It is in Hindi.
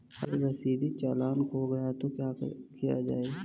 अगर रसीदी चालान खो गया तो क्या किया जाए?